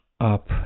up